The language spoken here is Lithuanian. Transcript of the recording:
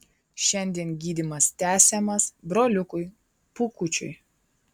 šiandien gydymas tęsiamas broliukui pūkučiui